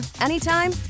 anytime